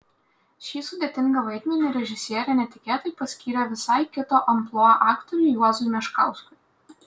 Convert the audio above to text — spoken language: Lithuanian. šį sudėtingą vaidmenį režisierė netikėtai paskyrė visai kito amplua aktoriui juozui meškauskui